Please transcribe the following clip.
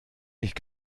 nicht